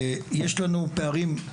יש לנו פערים,